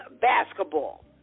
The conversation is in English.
basketball